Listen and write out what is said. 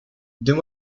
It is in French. deux